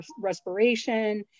respiration